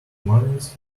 mornings